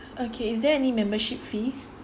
okay is there any membership fee